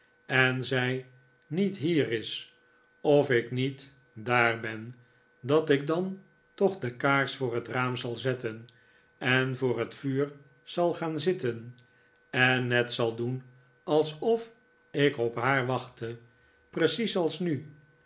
en zij niet hier is of ik niet daar ben dat ik dan toch de kaars voor het raam zal zetten en voor het vuur zal gaan zitten en net zal doen alsof ik op haar wachtte precies als nu